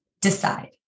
decide